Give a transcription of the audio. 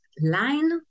line